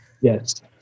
Yes